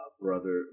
brother